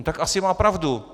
No tak asi má pravdu.